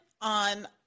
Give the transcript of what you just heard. on